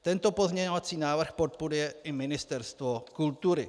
Tento pozměňovací návrh podporuje i Ministerstvo kultury.